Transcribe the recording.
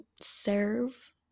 serve